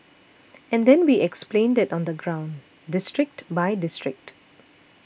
and then we explained it on the ground district by district